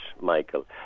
Michael